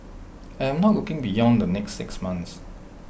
I am not looking beyond the next six months